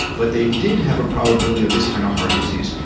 but they did have a probability of this kind of heart disease.